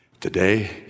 today